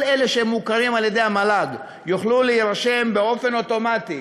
כל אלה שמוכרים על-ידי המל"ג יוכלו להירשם באופן אוטומטי